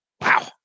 Wow